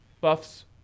Buffs